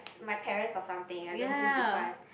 my parents or something I don't know who give one